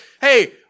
hey